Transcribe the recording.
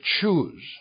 choose